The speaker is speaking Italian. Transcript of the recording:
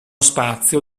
spazio